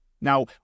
Now